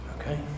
Okay